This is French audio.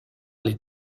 les